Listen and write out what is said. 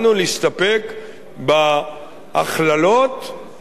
בהכללות הרחבות האלה,